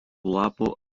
lapų